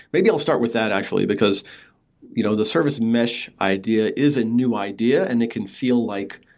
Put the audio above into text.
maybe i'll start with that actually, because you know the service mesh idea is a new idea and it can feel like,